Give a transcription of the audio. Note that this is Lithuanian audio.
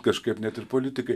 kažkaip net ir politikai